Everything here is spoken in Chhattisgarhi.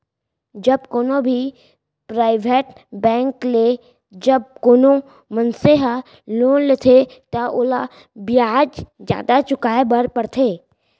जब कोनो भी पराइबेट बेंक ले जब कोनो मनसे ह लोन लेथे त ओला बियाज जादा चुकाय बर परथे